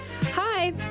Hi